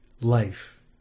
life